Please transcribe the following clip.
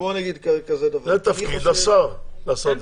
זה תפקיד השר לעשות את זה.